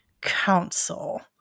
council